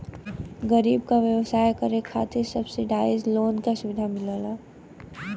गरीब क व्यवसाय करे खातिर सब्सिडाइज लोन क सुविधा मिलला